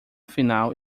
final